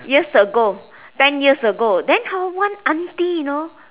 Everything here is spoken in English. years ago ten years ago then one auntie you know